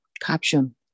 Caption